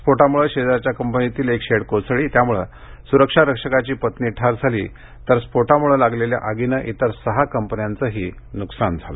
स्फोटामुळे शेजारच्या कंपनीतील एक शेड कोसळली त्यामुळे सुरक्षारक्षकाची पत्नी ठार झाली तर स्फोटामुळे लागलेल्या आगीने इतर सहा कंपन्यांचे नुकसान झाले